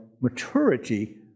maturity